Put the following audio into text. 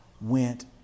went